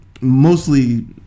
mostly